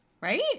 right